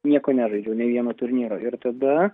nieko nežaidžiau nė vieno turnyro ir tada